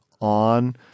on